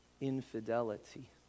infidelity